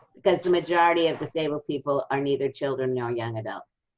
because the majority of disabled people are neither children nor young adults.